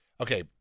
Okay